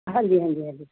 ਹਾਂਜੀ ਹਾਂਜੀ ਹਾਂਜੀ